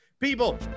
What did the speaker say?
People